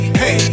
hey